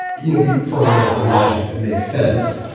you know, for like logic that makes sense.